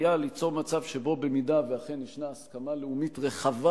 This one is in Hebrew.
היה ליצור מצב שבו אם אכן יש הסכמה לאומית רחבה,